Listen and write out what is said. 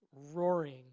roaring